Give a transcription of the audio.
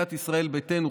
סיעת ישראל ביתנו,